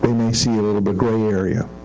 may see a little bit gray area.